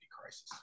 crisis